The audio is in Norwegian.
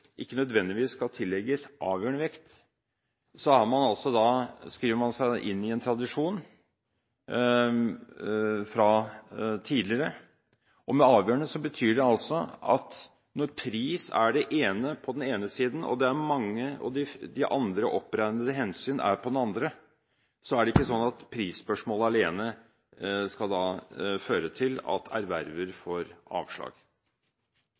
ikke nødvendigvis skal tillegges avgjørende vekt, skriver man seg inn i en tradisjon fra tidligere. Og «avgjørende» betyr altså at når pris er på den ene siden og de andre oppregnede hensynene er på den andre, er det ikke slik at prisspørsmålet alene skal føre til at erverver får avslag.